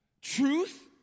Truth